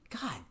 God